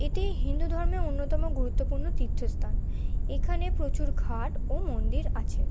এটি হিন্দু ধর্মের অন্যতম গুরুত্বপূর্ণ তীর্থস্থান এখানে প্রচুর ঘাট ও মন্দির আছে